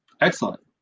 Excellent